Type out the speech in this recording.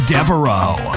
Devereaux